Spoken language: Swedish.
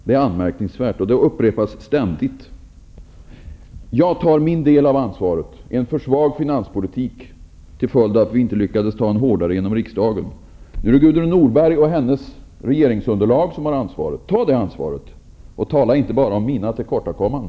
Det är anmärkningsvärt att dessa argument upprepas ständigt. Jag tar min del av ansvaret för en för svag finanspolitik till följd av att vi inte lyckades genomföra en hårdare sådan med hjälp av riksdagen. Nu är det Gudrun Norberg och hennes regeringsunderlag som har ansvaret. Ta det ansvaret, och tala inte bara om mina tillkortakommanden!